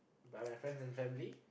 by my friends and family